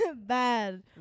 Bad